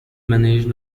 managed